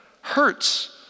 hurts